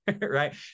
right